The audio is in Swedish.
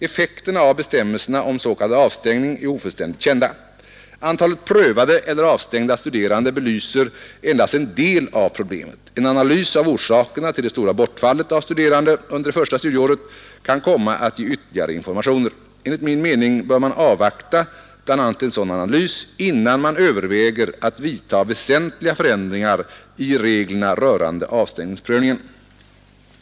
Effekterna av bestämmelserna om s.k. avstängning är ofullständigt kända. Antalet prövade eller avstängda studerande belyser endast en del av problemet. En analys av orsakerna till det stora bortfallet av studerande under det första studieåret kan komma att ge ytterligare informationer. Enligt min mening bör man avvakta bl.a. en sådan analys innan man överväger att vidta väsentliga förändringar i reglerna rörande avstängningsprövningen.